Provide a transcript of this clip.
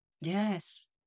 Yes